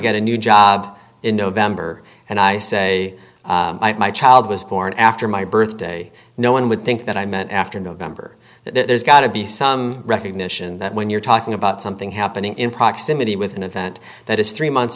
get a new job in november and i say my child was born after my birthday no one would think that i meant after november that there's got to be some recognition that when you're talking about something happening in proximity with an event that is three months